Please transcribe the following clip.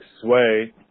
sway